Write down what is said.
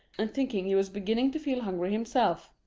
and thinking he was beginning to feel hungry himself.